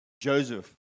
Joseph